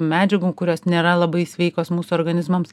medžiagų kurios nėra labai sveikos mūsų organizmams